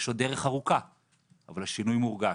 יש עוד דרך ארוכה, אבל השינוי מורגש.